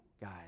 guys